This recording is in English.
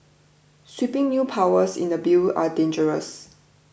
sweeping new powers in the bill are dangerous